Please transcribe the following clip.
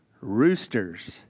roosters